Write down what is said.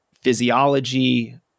physiology